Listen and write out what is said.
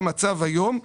במצב היום,